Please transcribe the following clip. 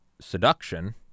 seduction